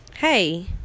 Hey